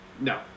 No